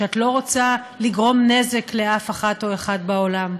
שאת לא רוצה לגרום נזק לאף אחת או אחד בעולם,